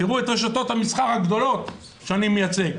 תראו את רשתות המסחר הגדולות שאני מייצג,